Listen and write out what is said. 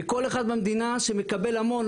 מכל אחד במדינה שמקבל המון.